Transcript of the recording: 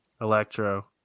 Electro